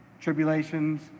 tribulations